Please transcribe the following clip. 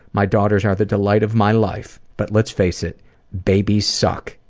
my daughters are the delight of my life. but let's face it babies suck,